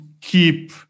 keep